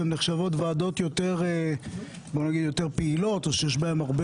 שנחשבות ועדות יותר פעילות או שיש בהן הרבה